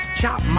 chop